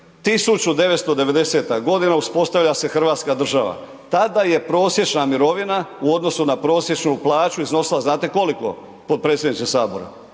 1990. je godina, uspostavlja se Hrvatska država, tada je prosječna mirovina u odnosu na prosječnu plaću iznosila, znate koliko potpredsjedniče Sabora?